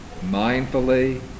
mindfully